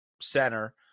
center